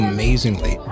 Amazingly